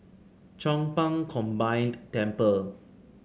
Chong Pang Combined Temple